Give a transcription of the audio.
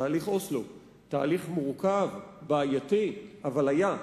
תהליך אוסלו, תהליך מורכב, בעייתי, אבל היה.